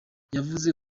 yavuze